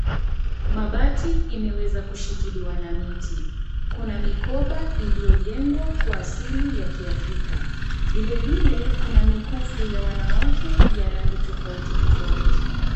Mabati imeweza kushikiliwa na miti. Kuna mikoba iliyojengwa kwa asili ya kiafrika. Vile vile, Kuna mikufu ya wanawake ya rangi tofauti tofauti.